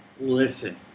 listen